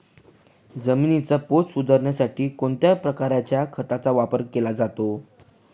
जमिनीचा पोत सुधारण्यासाठी कोणत्या प्रकारच्या खताचा वापर केला जातो?